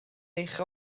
eich